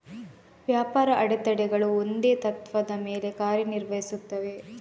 ವ್ಯಾಪಾರದ ಅಡೆತಡೆಗಳು ಒಂದೇ ತತ್ತ್ವದ ಮೇಲೆ ಕಾರ್ಯ ನಿರ್ವಹಿಸುತ್ತವೆ